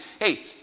Hey